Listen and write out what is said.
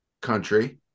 country